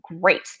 great